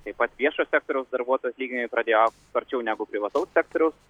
taip pat viešojo sektoriaus darbuotojų atlyginimai pradėjo sparčiau negu privataus sektoriaus